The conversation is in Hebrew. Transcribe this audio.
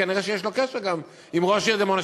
כנראה יש לו קשר גם עם ראש עיריית דימונה.